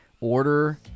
order